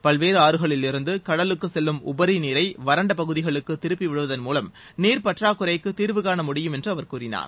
பல்வேறு ஆறுகளிலிருந்து கடலுக்கு செல்லும் உபரிநீரை வரண்ட பகுதிகளுக்கு திருப்பி விடுவதன் மூலம் நீர் பற்றாக்குறைக்கு தீர்வுகாண முடியும் என்று அவர் கூறினார்